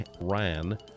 Ran